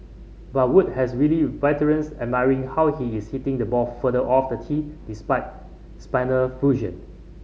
but Wood has wily veterans admiring how he is hitting the ball further off the tee despite spinal fusion